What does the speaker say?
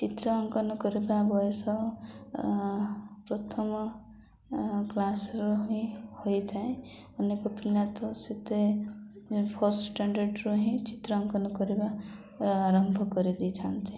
ଚିତ୍ର ଅଙ୍କନ କରିବା ବୟସ ପ୍ରଥମ କ୍ଲାସର ହିଁ ହୋଇଥାଏ ଅନେକ ପିଲା ତ ସେତେ ଫଷ୍ଟ ଷ୍ଟାଣ୍ଡାର୍ଡ଼ରୁ ହିଁ ଚିତ୍ର ଅଙ୍କନ କରିବା ଆରମ୍ଭ କରିଦେଇଥାନ୍ତି